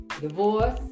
divorce